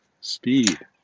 speed